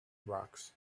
drugs